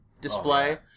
display